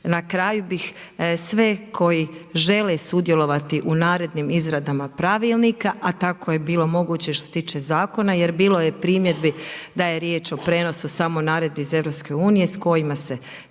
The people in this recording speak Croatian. Na kraju bih sve koje žele sudjelovati u narednim izradama pravilnika, a tako je bilo moguće što se tiče zakona, jer bilo je primjedbi, da je riječ o prijenosu samo naredbi iz EU, s kojima se